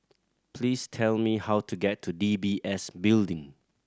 please tell me how to get to D B S Building